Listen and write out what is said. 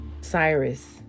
Cyrus